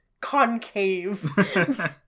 concave